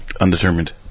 Undetermined